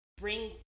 bring